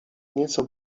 nieco